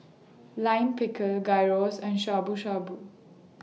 Lime Pickle Gyros and Shabu Shabu